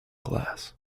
glass